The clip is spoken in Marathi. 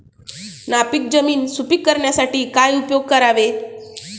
नापीक जमीन सुपीक करण्यासाठी काय उपयोग करावे?